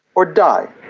or die.